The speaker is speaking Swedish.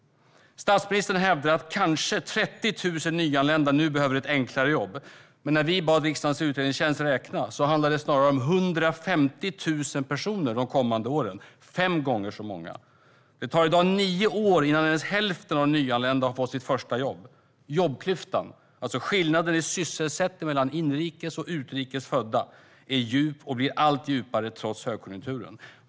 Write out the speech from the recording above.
Statsministern hävdar att kanske 30 000 nyanlända nu behöver enklare jobb. Men vi bad riksdagens utredningstjänst att räkna, och då visade det sig att det snarare handlar om 150 000 personer de kommande åren - fem gånger så många. Det tar i dag nio år innan ens hälften av de nyanlända har fått sitt första jobb. Jobbklyftan, alltså skillnaden i sysselsättning mellan inrikes och utrikes födda, är djup och blir allt djupare - trots högkonjunkturen.